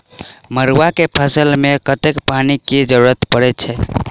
मड़ुआ केँ फसल मे कतेक पानि केँ जरूरत परै छैय?